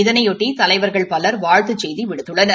இதனையொட்டி தலைவா்கள் பலர் வாழ்த்துச் செய்தி விடுத்துள்ளனர்